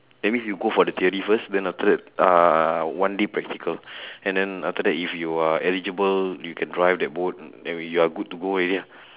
that means you go for the theory first then after that uh one day practical and then after that if you are eligible you can drive that boat then you're good to go already lah